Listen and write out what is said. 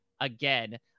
again